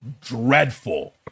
dreadful